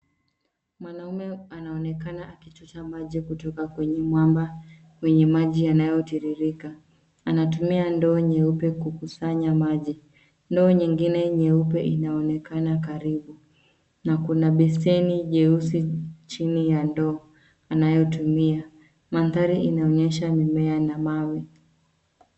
Mwanaume anaonekana akichota maji kutoka kwenye mwamba kwenye maji yanayotiririka. Anatumia ndoo nyeupe kukusanya maji. Ndoo nyingine nyeupe inaonekana karibu na kuna beseni jeusi chini ya ndoo anayotumia. Mandhari inaonyesha mimea na mawe.